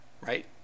Right